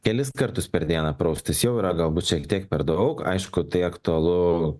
kelis kartus per dieną praustis jau yra galbūt šiek tiek per daug aišku tai aktualu